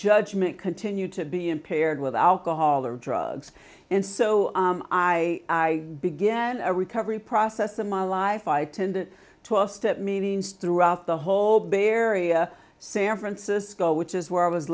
judgment continued to be impaired with alcohol or drugs and so i began a recovery process of my life i tended twelve step meetings throughout the whole bay area san francisco which is where i was